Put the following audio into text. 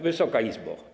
Wysoka Izbo!